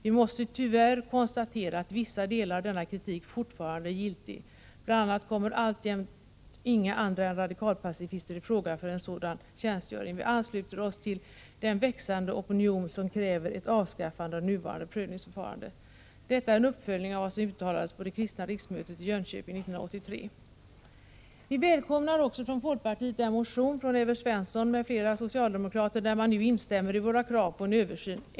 Vi måste tyvärr konstatera att vissa delar av denna kritik fortfarande är giltig. Bl. a. kommer alltjämt inga andra än radikalpacifister i fråga för en sådan tjänstgöring. Vi ansluter oss till den växande opinion som kräver ett avskaffande av det nuvarande prövningsförfarandet.” Detta är en uppföljning av vad som uttalades på det kristna riksmötet i Jönköping 1983. Vi välkomnar från folkpartiet den motion från Evert Svensson m.fl. socialdemokrater, där man instämmer i våra krav på en översyn.